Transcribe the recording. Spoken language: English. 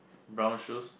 brown shoes